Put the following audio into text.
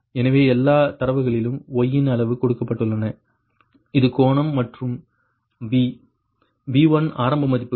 எனவே எல்லா தரவுகளும் Y இன் அளவு கொடுக்கப்பட்டுள்ளன அது கோணம் மற்றும் V V1 ஆரம்ப மதிப்புகள் 1